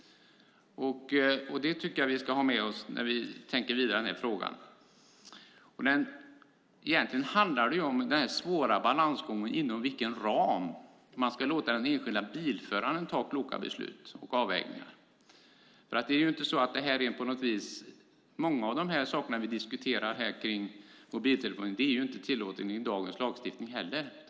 Det tycker jag att vi ska ha med oss när vi tänker vidare i den här frågan. Egentligen handlar det om den svåra balansgången inom vilken ram man ska låta den enskilda bilföraren fatta kloka beslut och göra kloka avvägningar. Många av de saker vi diskuterar när det gäller mobiltelefoni är ju inte tillåtet i dagens lagstiftning heller.